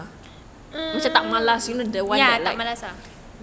mm ya tak malas ah